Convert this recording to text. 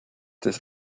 this